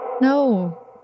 No